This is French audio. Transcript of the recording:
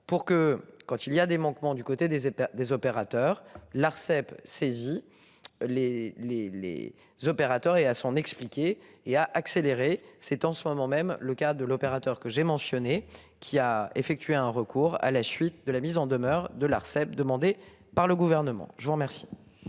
pour que quand il y a des manquements du côté des des opérateurs l'Arcep saisi. Les les les opérateurs et à son expliquer et à accélérer cette en ce moment même, le cas de l'opérateur que j'ai mentionné, qui a effectué un recours à la suite de la mise en demeure de l'Arcep, demandé par le gouvernement. Je vous remercie.